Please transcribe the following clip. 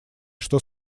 что